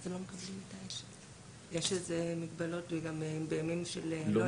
אציין שבסעיף 16(ב) שדיברנו עליו קודם, יש